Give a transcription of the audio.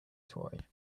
toy